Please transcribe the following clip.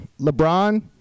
LeBron